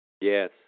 Yes